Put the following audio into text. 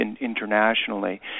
internationally